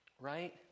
Right